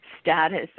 status